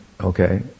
okay